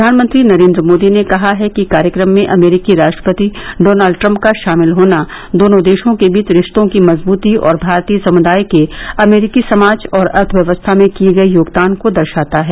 प्रधानमंत्री नरेन्द्र मोदी ने कहा है कि कार्यक्रम में अमरीकी राष्ट्रपति डॉनल्ड ट्रंप का शामिल होना दोनों देशों के बीच रिस्तों की मजबूती और भारतीय समुदाय के अमरीकी समाज और अर्थव्यवस्था में किये गये योगदान को दर्शाता है